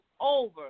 over